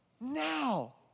Now